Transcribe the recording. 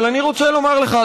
אבל אני רוצה לומר לך,